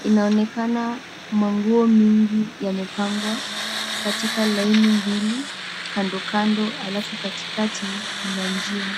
inaonekana manguo mingi yamepangwa katika laini mbili kando kando alafu katikati mna njia.